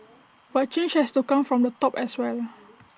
but change has to come from the top as well